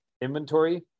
inventory